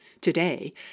Today